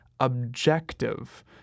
objective